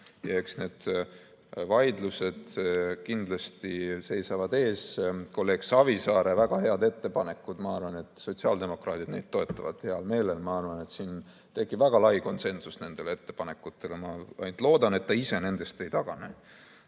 Eks need vaidlused kindlasti seisavad ees. Kolleeg Savisaare väga häid ettepanekuid, ma arvan, sotsiaaldemokraadid toetavad heal meelel. Ma arvan, et siin tekib väga lai konsensus nende ettepanekute puhul, ma ainult loodan, et ta ise nendest ei tagane.